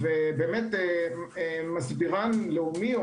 מסבירן לאומי.